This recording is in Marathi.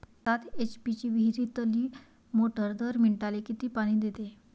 सात एच.पी ची विहिरीतली मोटार दर मिनटाले किती पानी देते?